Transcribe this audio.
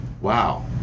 wow